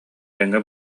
тэҥҥэ